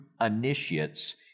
initiates